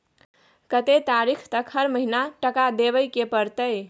कत्ते तारीख तक हर महीना टका देबै के परतै?